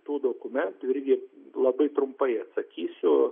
tų dokumentų irgi labai trumpai atsakysiu